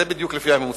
בדיוק לפי הממוצע,